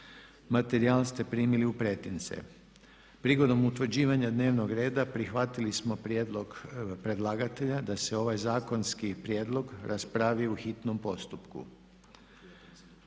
Materijale ste primili u pretince. Prigodom utvrđivanja dnevnoga reda prihvatili smo prijedlog predlagatelja da se ovaj zakonski prijedlog raspravi u hitnom postupku.